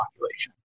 population